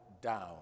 down